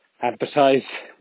advertise